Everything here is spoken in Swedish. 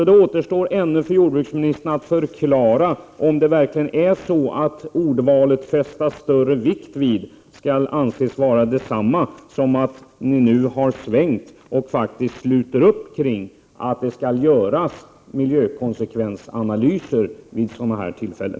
Det återstår alltså ännu för jordbruksministern att förklara om det verkligen är så att ordvalet ”fästa större vikt vid” skall anses vara detsamma som att ni nu har svängt och faktiskt sluter upp kring kravet på att det skall göras miljökonsekvensanalyser vid sådana här tillfällen.